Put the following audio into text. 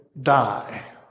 die